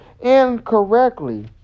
incorrectly